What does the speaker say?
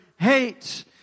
hate